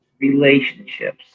relationships